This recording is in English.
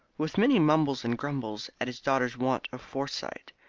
with many mumbles and grumbles at his daughter's want of foresight,